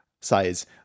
size